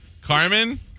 Carmen